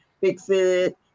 Fix-It